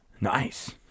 Nice